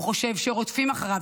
הוא חושב שרודפים אחריו,